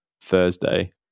Thursday